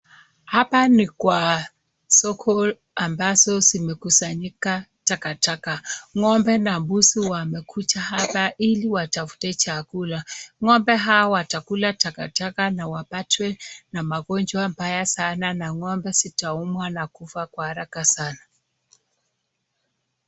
Hapa ni kwa soko ambazo zimekusanyika takataka, ng'ombe na mbuzi wamekuja hapa ili watafute chakula.Ng'ombe hawa watakula takataka na wapatwe na magonjwa mbaya sana na ng'ombe zitaumwa na kufa kwa haraka sana.